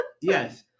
Yes